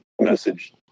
message